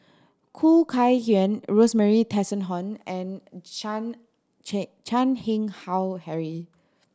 Khoo Kay Hian Rosemary Tessensohn and Chan Chan Keng Howe Harry